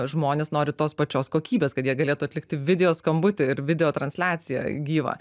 žmonės nori tos pačios kokybės kad jie galėtų atlikti video skambutį ir video transliaciją gyvą